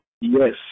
Yes